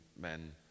men